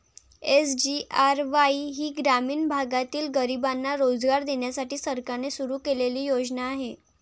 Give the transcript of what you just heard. SGRY ही ग्रामीण भागातील गरिबांना रोजगार देण्यासाठी सरकारने सुरू केलेली योजना आहे